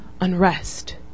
unrest